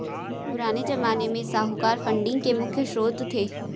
पुराने ज़माने में साहूकार फंडिंग के मुख्य श्रोत थे